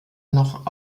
noch